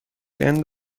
end